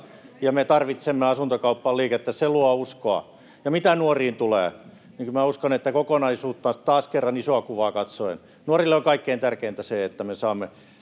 ja me tarvitsemme asuntokauppaan liikettä. Se luo uskoa. Ja mitä nuoriin tulee, kyllä minä uskon, että kokonaisuutta, taas kerran isoa kuvaa, katsoen nuorille on kaikkein tärkeintä se, että me saamme